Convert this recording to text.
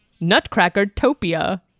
Nutcracker-topia